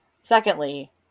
Secondly